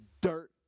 dirt